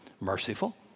merciful